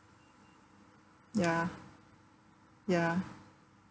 ya ya